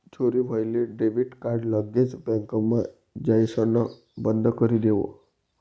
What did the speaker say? चोरी व्हयेल debit card लगेच बँकमा जाइसण बंदकरी देवो